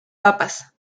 papas